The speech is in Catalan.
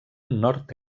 nord